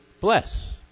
bless